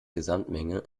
gesamtmenge